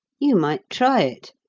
you might try it,